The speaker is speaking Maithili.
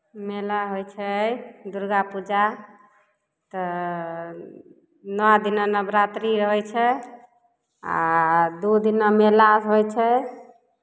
मेला होइ छै दुर्गापूजा तऽ नओ दिना नवरात्री रहै छै आ दू दिना मेला होइ छै